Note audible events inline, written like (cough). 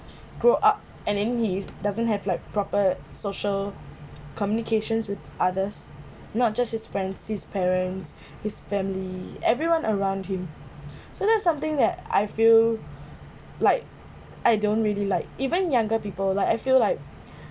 (breath) grow up and then he doesn't have like proper social communications with others not just his friends his parents (breath) his family everyone around him (breath) so that's something that I feel like I don't really like even younger people like I feel like (breath)